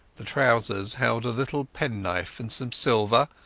the trousers held a little penknife and some silver,